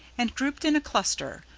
and, grouped in a cluster,